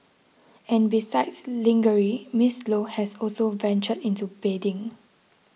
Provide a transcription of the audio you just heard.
and besides lingerie Miss Low has also ventured into bedding